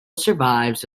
survives